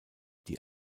die